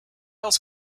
else